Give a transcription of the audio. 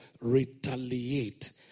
retaliate